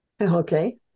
Okay